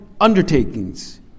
undertakings